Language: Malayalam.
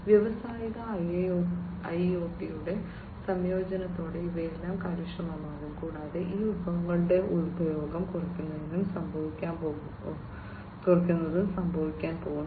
വ്യാവസായിക ഐഒടിയുടെ സംയോജനത്തോടെ ഇവയെല്ലാം കാര്യക്ഷമമാകും കൂടാതെ ഈ വിഭവങ്ങളുടെ ഉപഭോഗം കുറയ്ക്കുന്നതും സംഭവിക്കാൻ പോകുന്നു